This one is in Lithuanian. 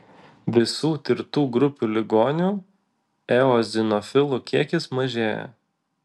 visų tirtų grupių ligonių eozinofilų kiekis mažėja